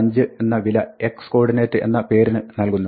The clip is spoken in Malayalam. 5 എന്ന വില x coordinate എന്ന പേരിന് നൽകുന്നു